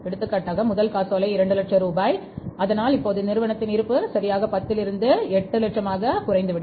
எடுத்துக்காட்டாக முதல் காசோலை 2 லட்சம் ரூபாய் அதனால்இப்போது நிறுவனத்தின் இருப்பு சரியாக 8 லட்சம் ரூபாயாக குறையும்